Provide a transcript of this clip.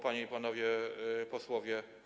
Panie i Panowie Posłowie!